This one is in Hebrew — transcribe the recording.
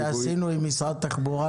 יותר ממה שעשינו עם משרד התחבורה,